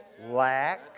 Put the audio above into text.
lack